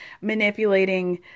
manipulating